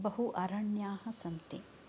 बहु अरण्याः सन्ति